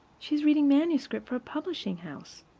she is reading manuscript for a publishing house.